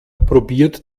probiert